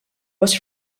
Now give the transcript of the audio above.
was